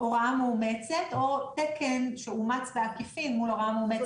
הוראה מאומצת או תקן שאומץ בעקיפין מול הוראה מאומצת.